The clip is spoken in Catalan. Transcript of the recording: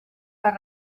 per